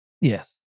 Yes